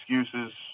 excuses